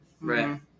Right